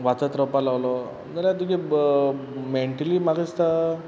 वाचत रावपा लागलो जाल्या तुगे ब मँटली म्हाका इसता